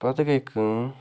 پَتہٕ گٔے کٲم